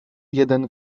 jeden